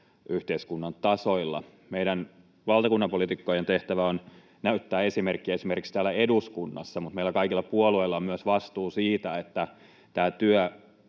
yhteiskunnan tasoilla. Meidän valtakunnanpoliitikkojen tehtävä on näyttää esimerkkiä esimerkiksi täällä eduskunnassa, mutta meillä kaikilla puolueilla on myös vastuu siitä, että tämä työ